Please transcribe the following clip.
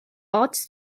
ought